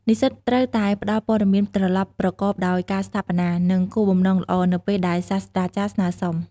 និស្សិតត្រូវតែ ផ្ដល់ព័ត៌មានត្រឡប់ប្រកបដោយការស្ថាបនា និងគោលបំណងល្អ នៅពេលដែលសាស្រ្តាចារ្យស្នើសុំ។